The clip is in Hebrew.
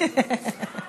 אין נמנעים.